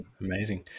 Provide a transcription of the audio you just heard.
Amazing